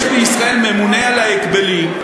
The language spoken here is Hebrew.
יש בישראל ממונה על ההגבלים,